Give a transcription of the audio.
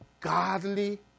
godly